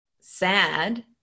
sad